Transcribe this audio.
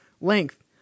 length